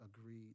agreed